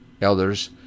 elders